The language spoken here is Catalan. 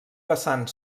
vessant